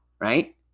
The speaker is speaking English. right